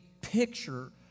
picture